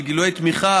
של גילויי תמיכה,